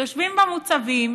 יושבים במוצבים